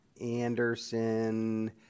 Anderson